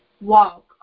walk